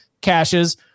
caches